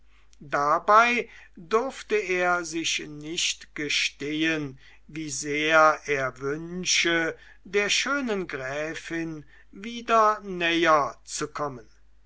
dabei durfte er sich nicht gestehen wie sehr er wünsche der schönen gräfin wieder näher zu kommen